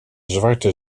zwarte